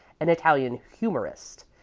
an italian humorist,